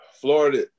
Florida –